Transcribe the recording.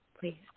please